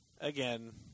again